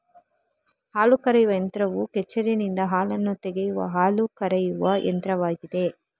ಹಾಲು ಕರೆಯುವ ಯಂತ್ರವು ಕೆಚ್ಚಲಿನಿಂದ ಹಾಲನ್ನು ತೆಗೆಯುವ ಹಾಲು ಕರೆಯುವ ಯಂತ್ರವಾಗಿದೆ